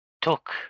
Took